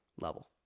level